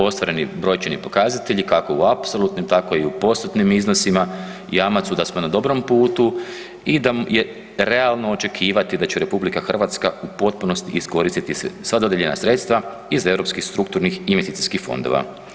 Ostvareni brojčani pokazatelji kako u apsolutnim tako i u postotnim iznosima jamac su da smo na dobrom putu i da je realno očekivati da će RH u potpunosti iskoristiti sva dodijeljena sredstva iz europskih strukturnih investicijskih fondova.